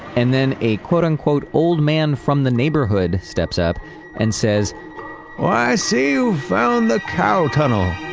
and then a quote, unquote old man from the neighborhood steps up and says, oh i see you found the cow tunnel.